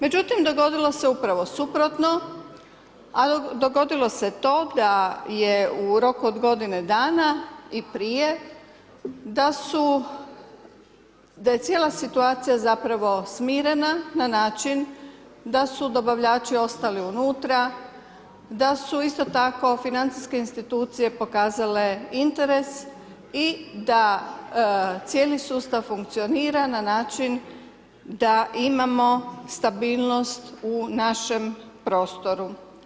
Međutim dogodilo se upravo suprotno, a dogodilo se to da je u roku od godine dana i prije, da je cijela situacija zapravo smirena na način da su dobavljači ostali unutra, da su isto tako financijske institucije pokazale interes i da cijeli sustav funkcionira na način da imamo stabilnost u našem prostoru.